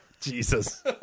Jesus